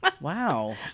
Wow